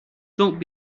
don’t